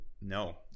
No